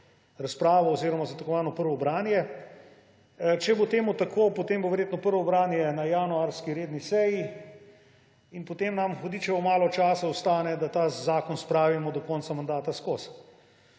oziroma za tako imenovano prvo branje. Če bo tako, potem bo verjetno prvo branje na januarski redni seji in potem nam hudičevo malo časa ostane, da ta zakon spravimo do konca mandata skozi.